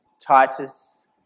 Titus